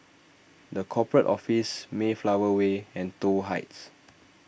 the Corporate Office Mayflower Way and Toh Heights